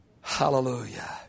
Hallelujah